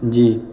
جی